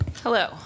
Hello